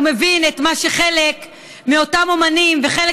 הוא מבין את מה שחלק מאותם אומנים וחלק